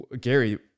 Gary